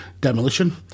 Demolition